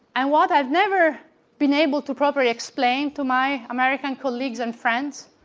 and what i've never been able to properly explain to my american colleagues and friends,